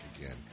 again